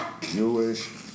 Jewish